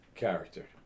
character